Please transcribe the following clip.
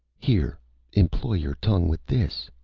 here employ your tongue with this.